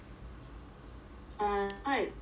err quite